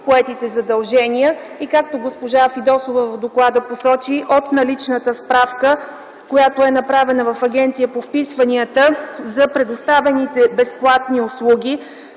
поетите задължения. Както госпожа Фидосова посочи в доклада – от наличната справка, която е направена в Агенцията по вписванията за предоставените безплатни услуги,